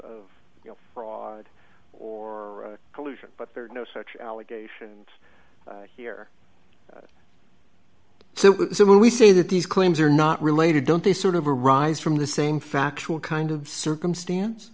of fraud or collusion but there are no such allegations here so we see that these claims are not related don't they sort of arise from the same factual kind of circumstance